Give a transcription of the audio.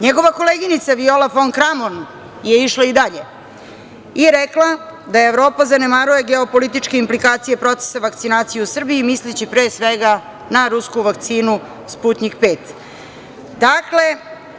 Njegova koleginica Viola fon Kramon je išla i dalje i rekla da Evropa zanemaruje geopolitičke implikacije procesa vakcinacije i u Srbiji, misleći pre svega na rusku vakcinu "Sputnjik V"